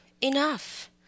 enough